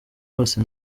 bose